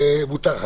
פה-אחד.